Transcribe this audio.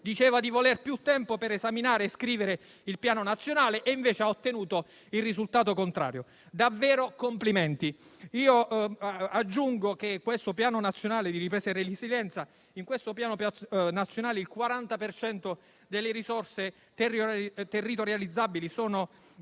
diceva di voler più tempo per esaminare e scrivere il Piano nazionale e, invece, ha ottenuto il risultato contrario: davvero complimenti! Io aggiungo che in questo Piano nazionale di ripresa e resilienza, il 40